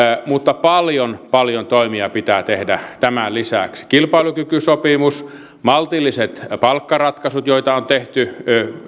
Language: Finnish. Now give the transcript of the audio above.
mutta paljon paljon toimia pitää tehdä tämän lisäksi kilpailukykysopimus maltilliset palkkaratkaisut joita on tehty